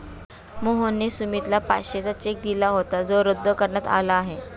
मोहनने सुमितला पाचशेचा चेक दिला होता जो रद्द करण्यात आला आहे